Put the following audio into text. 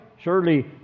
Surely